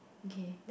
okay